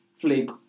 flake